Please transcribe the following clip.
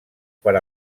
per